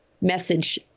message